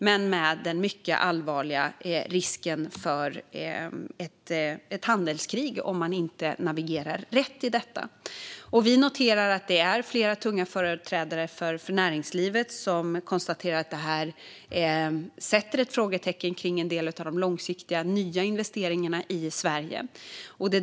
Men det finns en mycket allvarlig risk för ett handelskrig om man inte navigerar rätt. Vi noterar att det är flera tunga företrädare för näringslivet som konstaterar att det här sätter frågetecken kring en del av de långsiktiga nya investeringarna i Sverige.